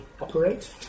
operate